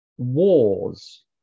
wars